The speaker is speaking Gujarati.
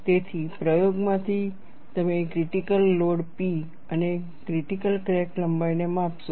તેથી પ્રયોગમાંથી તમે ક્રિટીકલ લોડ P અને ક્રિટિકલ ક્રેક લંબાઈને માપશો